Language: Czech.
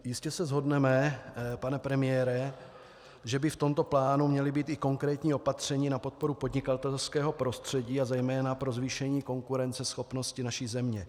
Jistě se shodneme, pane premiére, že by v tomto plánu měla být i konkrétní opatření na podporu podnikatelského prostředí a zejména pro zvýšení konkurenceschopnosti naší země.